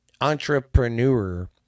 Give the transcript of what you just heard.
entrepreneur